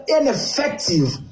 ineffective